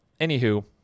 Anywho